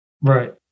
Right